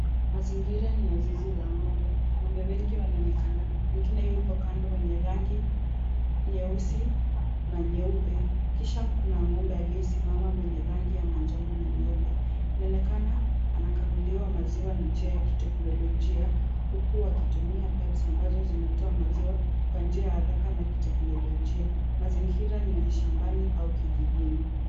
Mazingira ni ya zizi la ng'ombe.Ng'ombe wengi wanaonekana. Wengine wapo kando wenye rangi nyeusi na nyeupe kisha kuna ng'ombe aliyesimama mwenye rangi ya manjano na nyeupe. Anaonekana anakaguliwa maziwa kwa njia ya teknolojia huku wakitumia pipes ambazo zinatoa maziwa kwa njia ya haraka na ya kiteknolojia. Mazingira ni ya shambani au kijijini.